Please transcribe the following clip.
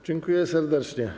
Dziękuję serdecznie.